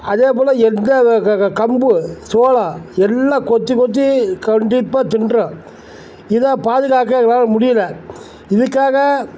அதேபோல் எங்கே க க க கம்பு சோளம் எல்லாம் கொத்தி கொத்தி கண்டிப்பாக தின்றுடும் இதை பாதுகாக்க எங்களால் முடியிலை இதுக்காக